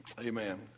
amen